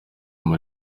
umu